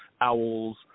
owls